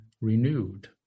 renewed